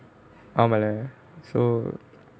ஆமல:aamaala so